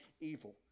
evil